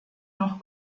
noch